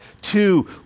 Two